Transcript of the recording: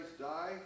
die